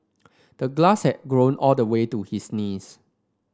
the glass had grown all the way to his knees